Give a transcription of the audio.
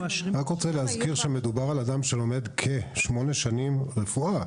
אני רק רוצה להזכיר שמדובר על אדם שלומד כשמונה שנים רפואה.